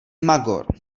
magor